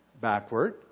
backward